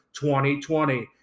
2020